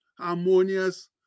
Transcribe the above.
harmonious